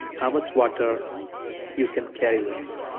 how much water you can carry with you.